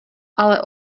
ale